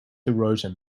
erosion